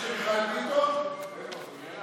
התשפ"ב 2022, נתקבל.